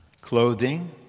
clothing